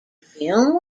filmed